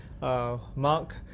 Mark